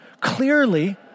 Clearly